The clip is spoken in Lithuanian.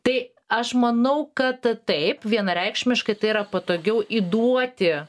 tai aš manau kad taip vienareikšmiškai tai yra patogiau įduoti